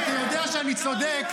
קרעי -- אתה יודע שאני צודק,